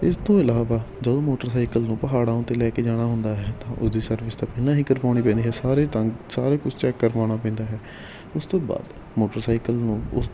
ਇਸ ਤੋਂ ਇਲਾਵਾ ਜਦੋਂ ਮੋਟਰਸਾਈਕਲ ਨੂੰ ਪਹਾੜਾਂ ਉਤੇ ਲੈ ਕੇ ਜਾਣਾ ਹੁੰਦਾ ਹੈ ਤਾਂ ਉਹਦੀ ਸਰਵਿਸ ਤਾਂ ਪਹਿਲਾਂ ਹੀ ਕਰਵਾਉਣੀ ਪੈਂਦੀ ਹੈ ਸਾਰੇ ਤਾ ਸਾਰਾ ਕੁਝ ਚੈੱਕ ਕਰਵਾਉਣਾ ਪੈਂਦਾ ਹੈ ਉਸ ਤੋਂ ਬਾਅਦ ਮੋਟਰਸਾਈਕਲ ਨੂੰ ਉਸ